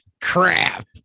Crap